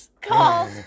called